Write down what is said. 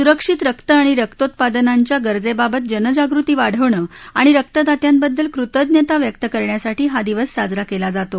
सुरक्षित रक्त आणि रक्तोत्पादनांच्या गरजेबाबत जनजागृती वाढवणं आणि रक्तदात्यांबद्दल कृतज्ञता व्यक्त करण्यासाठी हा दिवस साजरा केला जातो